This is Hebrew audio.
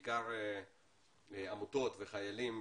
בעיקר עמותות וחיילים,